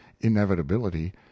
inevitability